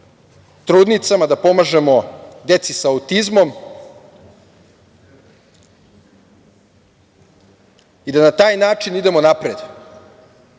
trudnicama, da pomažemo deci sa autizmom i da na taj način idemo napred. Znate,